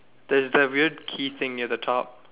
there is that weird key thing at the top